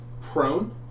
prone